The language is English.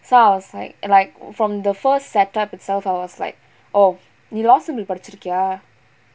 so I was like like from the first set up itself I was like oh நீ:nee last label படிச்சுறிக்கியா:padichurikkiyaa